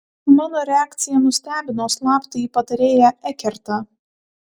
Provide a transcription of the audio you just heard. mano reakcija nustebino slaptąjį patarėją ekertą